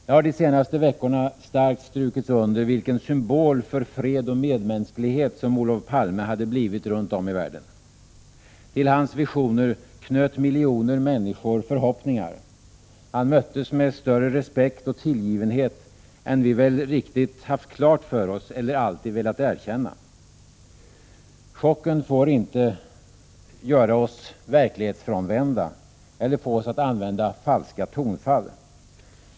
Det har de senaste veckorna starkt strukits under vilken symbol för fred och medmänsklighet som Olof Palme hade blivit runt om i världen. Till hans visioner knöt miljoner människor förhoppningar. Han möttes med större respekt och tillgivenhet än vi väl riktigt haft klart för oss eller inte alltid velat erkänna. Chocken får inte göra oss verklighetsfrånvända eller förmå oss att använda falska tonfall.